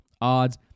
odds